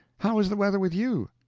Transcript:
how is the weather with you?